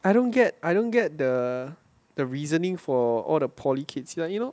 I don't get I don't get the the reasoning for all the poly kids like you know